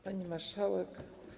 Pani Marszałek!